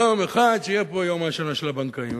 יום אחד שיהיה פה יום השנה של הבנקאים.